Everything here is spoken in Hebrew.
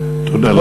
תודה לך.